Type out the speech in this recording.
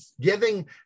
giving